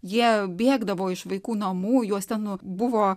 jie bėgdavo iš vaikų namų juos ten nu buvo